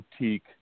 boutique